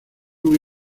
muy